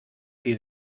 viel